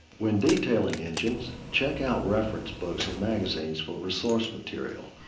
when detailing engines, check out reference books and magazines for resource material.